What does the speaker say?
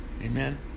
Amen